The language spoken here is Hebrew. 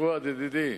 פואד, ידידי,